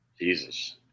Jesus